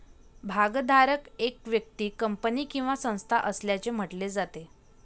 भागधारक एक व्यक्ती, कंपनी किंवा संस्था असल्याचे म्हटले जाते